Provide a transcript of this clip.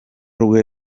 rwe